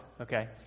okay